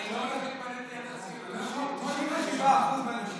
אני לא הולך להתפלל ליד הציון --- 97% מהאנשים